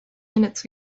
minutes